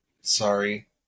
sorry